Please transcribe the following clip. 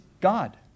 God